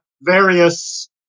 various